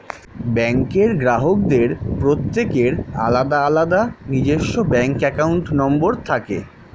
ব্যাঙ্কের গ্রাহকদের প্রত্যেকের আলাদা আলাদা নিজস্ব ব্যাঙ্ক অ্যাকাউন্ট নম্বর থাকে